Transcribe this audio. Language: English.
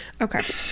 Okay